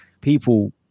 People